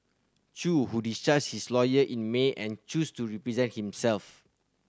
Chew who discharged his lawyer in May and chose to represent himself